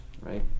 right